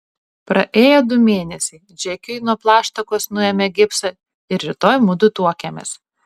praėjo du mėnesiai džekui nuo plaštakos nuėmė gipsą ir rytoj mudu tuokiamės